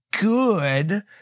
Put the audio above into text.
good